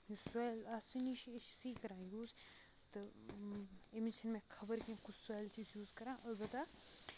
یُس سویِل آسِنۍ چھِ یہِ چھِ سِی کران یوٗز تہٕ اَمِچ چھنہٕ مےٚ خَبر کُس سویِل چھِ أسۍ یوٗز کران اَلبتہ